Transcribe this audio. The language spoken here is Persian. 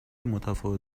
متفاوت